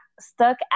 stuck